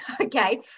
okay